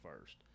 first